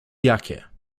jakie